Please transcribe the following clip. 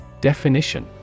Definition